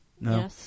no